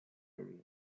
area